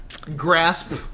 grasp